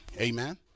Amen